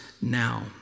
now